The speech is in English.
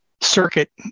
circuit